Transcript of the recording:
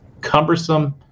cumbersome